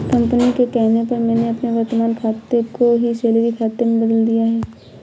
company के कहने पर मैंने अपने वर्तमान खाते को ही सैलरी खाते में बदल लिया है